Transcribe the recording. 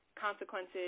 consequences